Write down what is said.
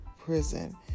prison